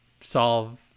solve